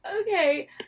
Okay